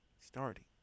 starting